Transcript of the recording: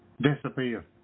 disappear